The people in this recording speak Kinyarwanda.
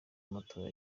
amatora